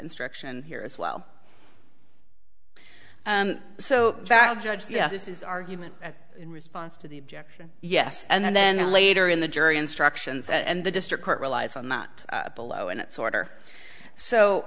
instruction here as well and so valid judge this is argument in response to the objection yes and then later in the jury instructions and the district court relies on that below in its order so